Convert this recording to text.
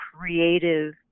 creative